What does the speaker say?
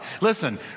Listen